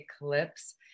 eclipse